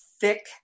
thick